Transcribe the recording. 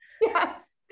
Yes